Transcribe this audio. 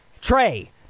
Trey